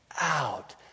out